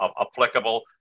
applicable